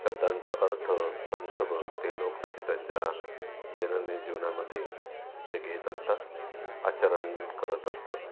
शब्दांचा अर्थ संदर्भ ते लोक त्यांचे त्यांच्या दैनंदिन जीवनामध्ये ते घेत असतात आचरण करत असतात